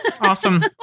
Awesome